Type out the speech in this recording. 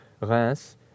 Reims